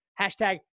hashtag